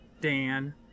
Dan